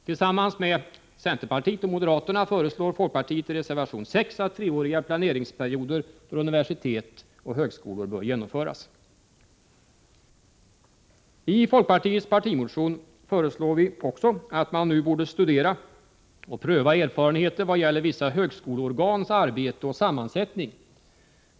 Tillsammans med centerpartiet och moderaterna föreslår folkpartiet i reservation 6 att treåriga planeringsperioder för universitet och högskolor skall genomföras. I folkpartiets partimotion föreslår vi också att man nu skall studera och pröva erfarenheterna av vissa högskoleorgans arbete och sammansättning.